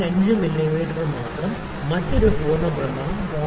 5 millimetre മാത്രം മറ്റൊരു പൂർണ്ണ ഭ്രമണം 0